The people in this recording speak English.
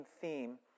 theme